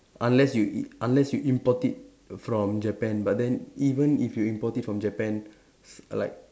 unless you i unless you import it from Japan but then even if you import it from Japan s like